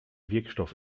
wirkstoff